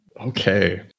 Okay